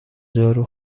جارو